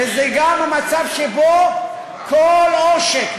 וזה גם המצב שבו כל עושק,